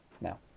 now